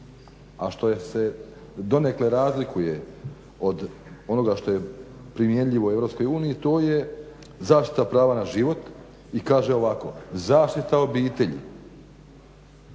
a što se donekle razlikuje od onoga što je primjenjivo u EU to je zaštita prava na život i kaže ovako zaštita obitelji,